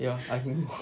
ya I can go